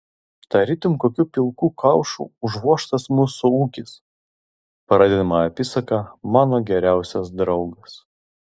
tarytum kokiu pilku kaušu užvožtas mūsų ūkis pradedama apysaka mano geriausias draugas